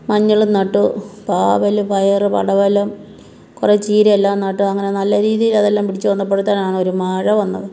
മഞ്ഞളും നട്ടു പാവൽ പയർ പടവലം കുറെ ചീരയെല്ലാം നട്ടു അങ്ങനെ നല്ല രീതിയിൽ അതെല്ലാം പിടിച്ച് വന്നപ്പോഴ്ത്തേനാണ് ഒരു മഴ വന്നത്